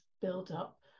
buildup